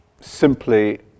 simply